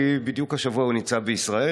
כי בדיוק השבוע הוא נמצא בישראל,